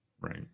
Right